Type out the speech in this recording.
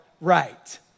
right